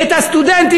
את הסטודנטים,